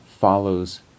follows